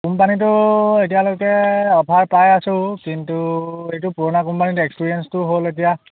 কোম্পানীটো এতিয়ালৈকে অফাৰ পাই আছোঁ কিন্তু এইটো পুৰণা কোম্পানীটো এক্সপিৰিয়েঞ্চটো হ'ল এতিয়া